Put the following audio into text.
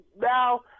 now